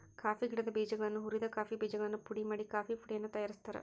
coffee ಗಿಡದ ಬೇಜಗಳನ್ನ ಹುರಿದ ಕಾಫಿ ಬೇಜಗಳನ್ನು ಪುಡಿ ಮಾಡಿ ಕಾಫೇಪುಡಿಯನ್ನು ತಯಾರ್ಸಾತಾರ